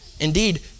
Indeed